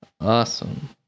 Awesome